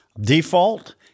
default